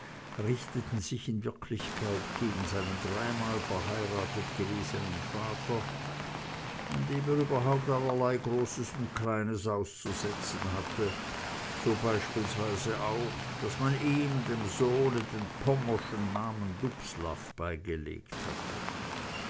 richteten sich in wirklichkeit gegen seinen dreimal verheiratet gewesenen vater an dem er überhaupt allerlei großes und kleines auszusetzen hatte so beispielsweise auch daß man ihm dem sohne den pommerschen namen dubslav beigelegt hatte